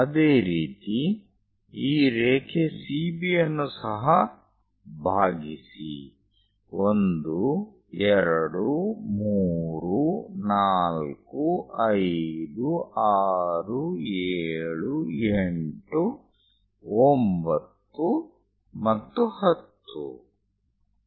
ಅದೇ ರೀತಿ ಈ ರೇಖೆ CB ಯನ್ನು ಸಹ ಭಾಗಿಸಿ 1 2 3 4 5 6 7 8 9 ಮತ್ತು 10